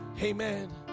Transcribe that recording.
Amen